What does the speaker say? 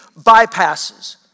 bypasses